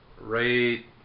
Right